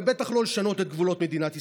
ובטח לא לשנות את גבולות מדינת ישראל.